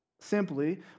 simply